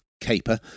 caper